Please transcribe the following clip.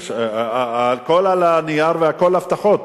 הכול על הנייר והכול הבטחות.